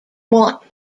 want